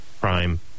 crime